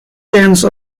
chance